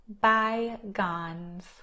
bygones